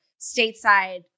stateside